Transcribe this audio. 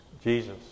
Jesus